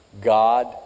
God